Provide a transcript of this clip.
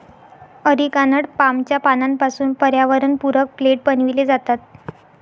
areca nut पामच्या पानांपासून पर्यावरणपूरक प्लेट बनविले जातात